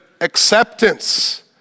acceptance